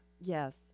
Yes